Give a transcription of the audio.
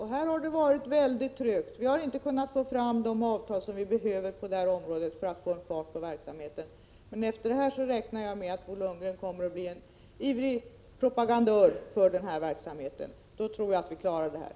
Detta har gått mycket trögt, och det har inte varit möjligt att få fram det antal platser som behövs på detta område för att få fart på verksamheten. Jag räknar med att Bo Lundgren efter denna debatt kommer att bli en ivrig propagandist för denna verksamhet. Då tror jag att problemet kan lösas.